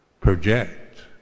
project